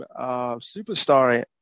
superstar